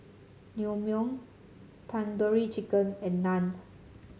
Naengmyeon Tandoori Chicken and Naan